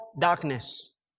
darkness